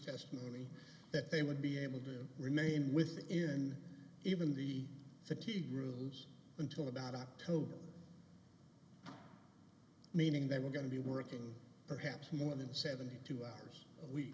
testimony that they would be able to remain with him in even the fatigue rooms until about october meaning they were going to be working perhaps more than seventy two hours a week